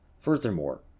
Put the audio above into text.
Furthermore